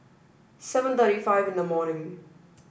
seven thirty five in the morning